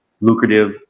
lucrative